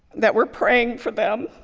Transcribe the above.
that we're praying for them,